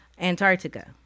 Antarctica